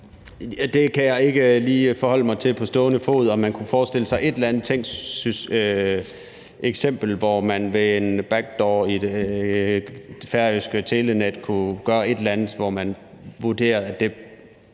stående fod forholde mig til, om man kunne forestille sig et eller andet tænkt eksempel, hvor man med en back door i det færøske telenet kunne gøre et eller andet, og hvor man vurderede, at det